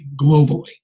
globally